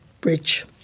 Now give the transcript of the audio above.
Bridge